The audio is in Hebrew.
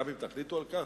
גם אם תחליטו על כך,